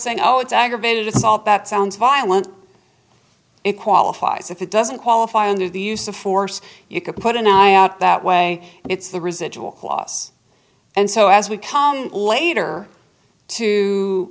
saying oh it's aggravated assault that sounds violent it qualifies if it doesn't qualify under the use of force you could put an eye out that way and it's the residual clause and so as we come later to